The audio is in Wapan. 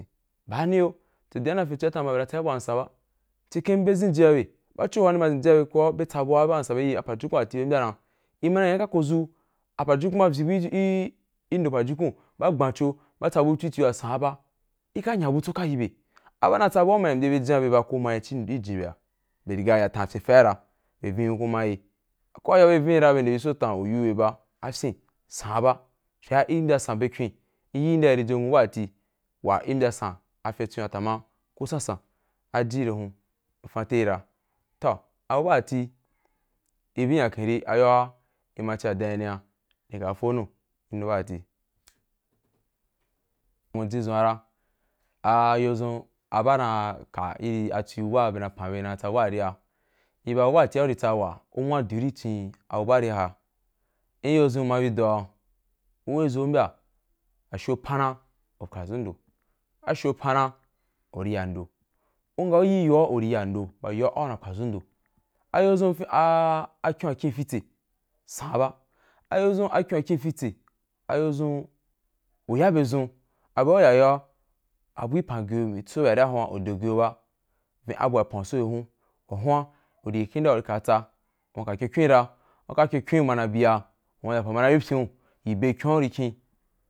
Bani yi yo tundi ba bye na’i tsa’i bu wa san ba, cikin bye zenji yi bye, bacho nī ma zenji ba bye, bye tsa bu wa nsan, bye yi apa jukun ate li ya ‘a, ni ma nya bye ka kozu a pajukun ba vyi bu vyí gi in do pajukun, ba gban cbo bu tsa bu cuci wa san ba ika nya butso ika yi bye, a ba na tsa bu wa u ma ya mbye bye ji ya ko ma ye cin ya ko maye ji nji bye a bye ya nyesify ra boyevin ni ko maye, akwau bua bye vin bye nde bi so tan uyou bye ba a fyin, san ba, fye’a i mbya san be kyom, i mbya san by ba tí, i mbya san a fin tswin wa tama ku san san, a ji ra hun, m’fan te re. Toh, abu ba da ti ri bī yi nya ken ri, a yo ‘a, i’ma cí wa dan yi ni a ní ri ka fo nu gi nu ba ta ti. M moji ji dʒun a ra, a yo dʒun a ba na ka i cin bu ba bye na pan bye na tsa by ba ri ya. Ɪba bu ba tî wa u ri tsa u nwa dí’n in cin abubari ha, in ajo dʒun bi do’a, u weī zo u mbya asho pana u kpaza gi ndo, a sho pana u ri ya ndo, u nga u yi yoà u ri ya ndo ba ayo’a au na yi pwadʒu gi ndo ba ayo’a au na yi pwadʒu gi ndo, ayo dʒun a kyon a kyon a fitse san ba, a yo dʒun a kyon a kyon a fitse, a y dʒunu ya bye dʒun, a bye a u ya yo la a bu pan ge ‘u mi u tsu gi bye arí, u do ge u mī ba. Vin abu wa pa’n u so bye hua wa huan u yi kande ‘a u rí ka yì tsa wa kyon kyon ra, u na kyon kyon ma na biya umayí mbya apa gi pyen’u u yi iri bye kyon ‘a u ri kyen.